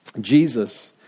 Jesus